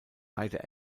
beide